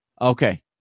Okay